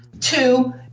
Two